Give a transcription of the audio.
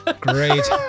Great